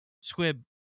Squib